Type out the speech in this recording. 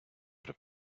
при